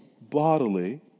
bodily